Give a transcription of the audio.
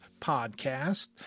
podcast